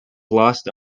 lost